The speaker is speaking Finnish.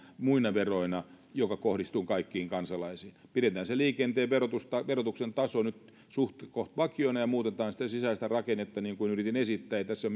muina veroina jotka kohdistuvat kaikkiin kansalaisiin pidetään se liikenteen verotuksen taso nyt suhtkoht vakiona ja muutetaan sitä sisäistä rakennetta niin kuin yritin esittää ei tässä